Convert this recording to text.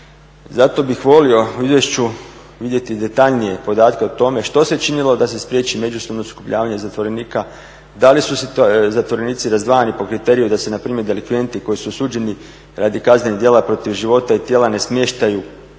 Zato bih volio u izvješću vidjeti detaljnije podatke o tome što se činilo da se spriječi međusobno sukobljavanje zatvorenika, da li su zatvorenici razdvajani po kriteriju da se na primjer delikventi koji su osuđeni radi kaznenih djela protiv života i tijela ne smještaju